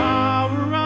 power